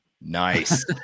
Nice